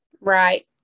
Right